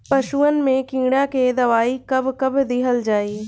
पशुअन मैं कीड़ा के दवाई कब कब दिहल जाई?